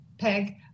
Peg